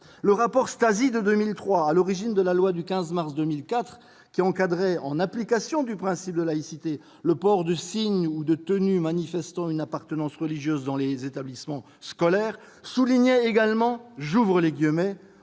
Le rapport Stasi de 2003, à l'origine de la loi du 15 mars 2004, qui a encadré, en application du principe de laïcité, le port de signes ou de tenues manifestant une appartenance religieuse dans les établissements scolaires, soulignait également que, « aujourd'hui,